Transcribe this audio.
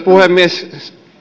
puhemies